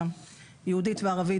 היהודית והערבית,